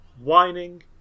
whining